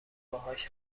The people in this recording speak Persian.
باهاش